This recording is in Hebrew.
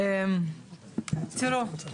תראו,